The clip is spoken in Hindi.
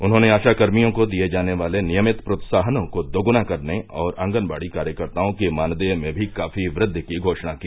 उन्होंने आशा कर्मियों को दिए जाने वाले नियमित प्रोत्साहनों को दोगुना करने और ऑगनवाड़ी कार्यकर्ताओं के मानदेय में भी काफी वृद्वि की घोषणा की